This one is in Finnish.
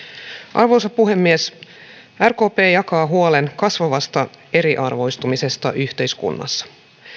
arvoisa puhemies rkp jakaa huolen kasvavasta eriarvoistumisesta yhteiskunnassa